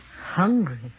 Hungry